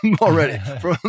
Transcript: already